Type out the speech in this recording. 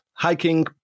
Hiking